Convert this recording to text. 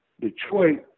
Detroit